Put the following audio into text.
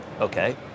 okay